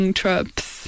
trips